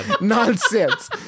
nonsense